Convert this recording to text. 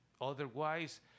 otherwise